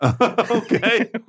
Okay